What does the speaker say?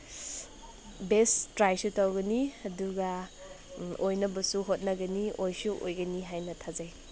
ꯕꯦꯁ ꯇ꯭ꯔꯥꯏꯁꯨ ꯇꯧꯒꯅꯤ ꯑꯗꯨꯒ ꯑꯣꯏꯅꯕꯁꯨ ꯍꯣꯠꯅꯒꯅꯤ ꯑꯣꯏꯁꯨ ꯑꯣꯏꯅꯤ ꯍꯥꯏꯅ ꯊꯥꯖꯩ